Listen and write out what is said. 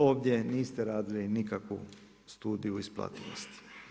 Ovdje niste radili nikakvu studiju isplativosti.